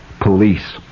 police